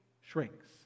shrinks